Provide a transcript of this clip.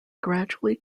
gradually